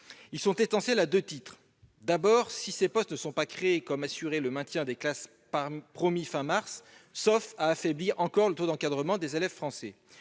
Ils sont essentiels à deux titres : d'abord, si ces postes ne sont pas créés, comment assurer le maintien des classes promis à la fin de mars, sauf à affaiblir encore le taux d'encadrement des élèves français